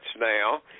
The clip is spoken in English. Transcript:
now